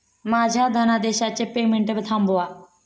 माझ्या धनादेशाचे पेमेंट थांबवा